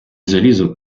залізо